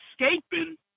escaping